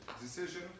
decision